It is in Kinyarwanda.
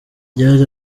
byari